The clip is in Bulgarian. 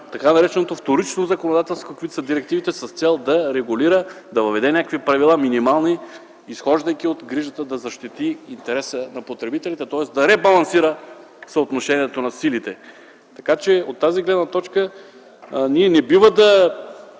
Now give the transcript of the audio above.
така нареченото вторично законодателство, каквито са директивите, с цел да регулира, да въведе някакви минимални правила, изхождайки от грижата да защити интереса на потребителите, тоест да ребалансира съотношението на силите. От тази гледна точка ние не бива да